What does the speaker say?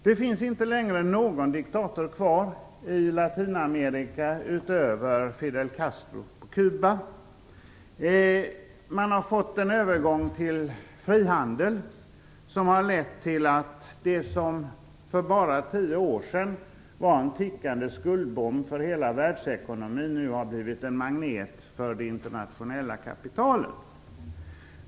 Det finns inte längre någon diktator i Latinamerika utöver Fidel Castro på Kuba. Man har fått en övergång till frihandel, som har lett till att det som för bara tio år sedan var en tickande skuldbomb för hela världsekonomin nu har blivit en magnet för det internationella kapitalet.